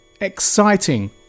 exciting